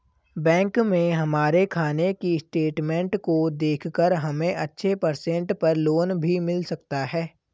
bank में हमारे खाने की स्टेटमेंट को देखकर हमे अच्छे परसेंट पर लोन भी मिल सकता है